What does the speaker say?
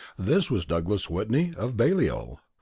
this was douglas whitney, of balliol.